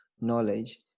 knowledge